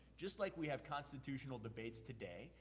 just like we have constitutional debates today.